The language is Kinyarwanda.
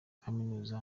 kaminuza